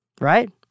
right